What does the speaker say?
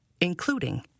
including